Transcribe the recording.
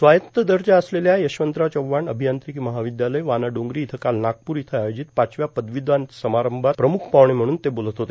स्वायत्त दर्जा असलेल्या यशवंतराव चव्हाण अभियांत्रिकी महाविद्यालय वानाडोंगरी इथं काल नागपूर इथं आयोजित पाचव्या पदवीदान समारंभात प्रमुख पाहणे म्हणून ते बोलत होते